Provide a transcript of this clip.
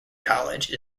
college